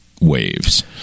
Waves